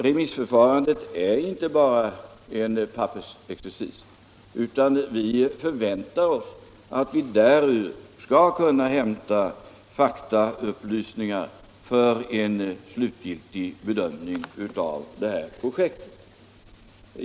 Remissförfarandet är inte bara en pappersexercis, utan vi förväntar oss att vi ur remissyttrandena skall kunna hämta faktaupplysningar för en slutgiltig bedömning av projektet.